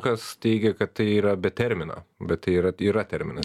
kas teigia kad tai yra be termino bet tai yra yra terminas